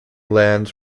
lands